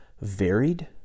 varied